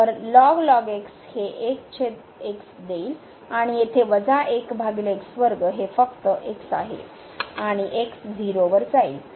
तर हे देईल आणि येथे हे फक्त x आहे आणि x 0 वर जाईल